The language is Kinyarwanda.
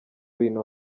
bintu